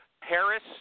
Paris